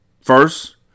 First